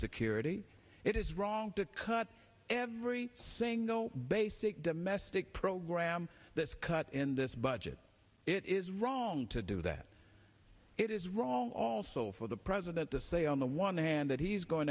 security it is wrong to cut every single basic domestic program that is cut in this budget it is wrong to do that it is wrong also for the president to say on the one hand that he's going